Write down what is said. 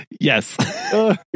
yes